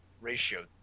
ratio